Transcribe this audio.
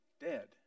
Dead